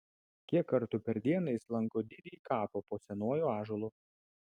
kiek kartų per dieną jis lanko didįjį kapą po senuoju ąžuolu